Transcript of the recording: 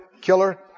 Killer